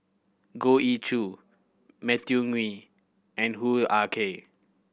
Goh Ee Choo Matthew Ngui and Hoo Ah Kay